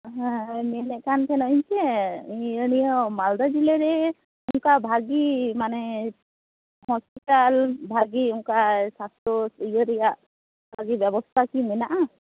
ᱦᱮᱸ ᱢᱮᱱᱮᱫ ᱠᱟᱱ ᱛᱟᱦᱮᱱᱟᱹᱧ ᱡᱮ ᱤᱭᱟᱹ ᱱᱤᱭᱟᱹ ᱢᱟᱞᱫᱟ ᱡᱮᱞᱟᱨᱮ ᱚᱱᱠᱟ ᱵᱷᱟᱹᱜᱤ ᱢᱟᱱᱮ ᱦᱚᱥᱯᱤᱴᱟᱞ ᱵᱷᱟᱹᱜᱤ ᱚᱱᱠᱟ ᱥᱟᱥᱛᱚ ᱤᱭᱟᱹ ᱨᱮᱭᱟᱜ ᱵᱷᱟᱹᱜᱤ ᱵᱮᱵᱚᱥᱛᱟ ᱠᱤ ᱢᱮᱱᱟᱜᱼᱟ